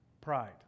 pride